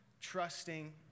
trusting